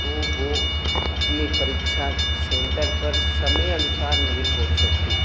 तो वह अपने परीक्षा सेंटर पर समय अनुसार नहीं पहुँच सकते